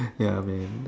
ya man